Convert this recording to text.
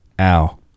ow